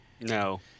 No